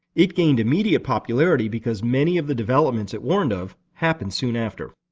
it gained immediate popularity because many of the developments it warned of happened soon after.